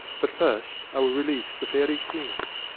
but first i will release the fairy queen.